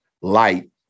light